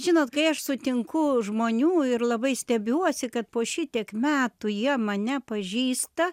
žinot kai aš sutinku žmonių ir labai stebiuosi kad po šitiek metų jie mane pažįsta